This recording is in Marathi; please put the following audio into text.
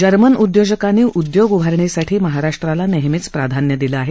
जर्मन उदयोजकांनी उदयोग उभारणीसाठी महाराष्ट्राला नेहमीच प्राधान्य दिलं आहे